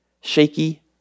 shaky